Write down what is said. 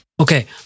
Okay